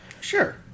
Sure